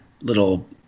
little